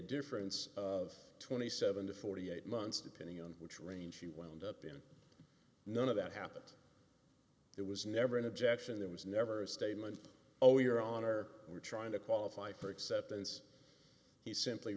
difference of twenty seven to forty eight months depending on which range she wound up in none of that happened it was never an objection there was never a statement oh your honor we're trying to qualify for acceptance he simply